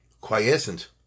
quiescent